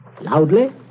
Loudly